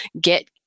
get